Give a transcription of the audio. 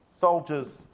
soldiers